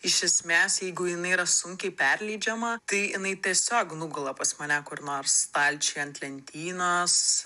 iš esmės jeigu jinai yra sunkiai perleidžiama tai jinai tiesiog nugula pas mane kur nors stalčiuj ant lentynos